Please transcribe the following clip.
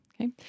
Okay